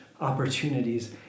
opportunities